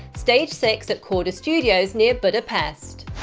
stage six at korda studios, near budapest.